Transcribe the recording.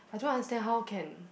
I don't understand how can